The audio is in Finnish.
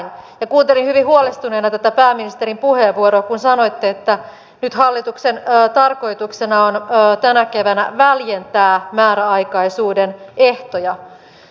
kuuntelin hyvin huolestuneena pääministerin puheenvuoroa kun sanoitte että nyt hallituksen tarkoituksena on tänä keväänä väljentää määräaikaisuuden ehtoja